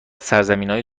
سرزمینای